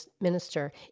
minister